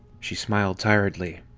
she smiled tiredly.